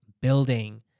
building